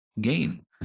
gain